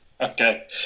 Okay